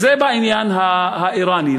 זה בעניין האיראני.